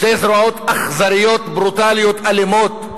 שתי זרועות אכזריות, ברוטליות, אלימות,